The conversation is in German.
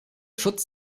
schutz